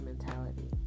Mentality